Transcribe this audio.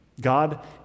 God